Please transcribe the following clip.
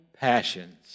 passions